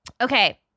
Okay